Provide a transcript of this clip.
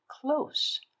close